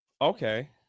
Okay